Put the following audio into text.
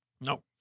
No